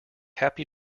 happy